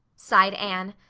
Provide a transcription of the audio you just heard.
sighed anne.